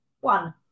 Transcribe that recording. One